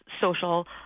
social